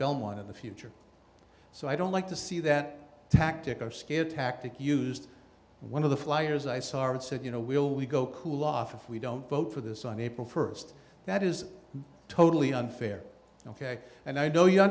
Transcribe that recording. belmont of the future so i don't like to see that tactic or scare tactic used one of the flyers i started said you know will we go cool off if we don't vote for this on april first that is totally unfair ok and i know you